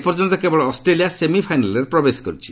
ଏପର୍ଯ୍ୟନ୍ତ କେବଳ ଅଷ୍ଟ୍ରେଲିଆ ସେମିଫାଇନାଲ୍ରେ ପ୍ରବେଶ କରିଛି